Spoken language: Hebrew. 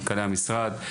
מנכ"לי המשרד,